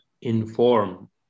inform